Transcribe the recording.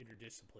interdisciplinary